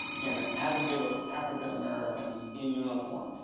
became an advocate of african americans in uniform.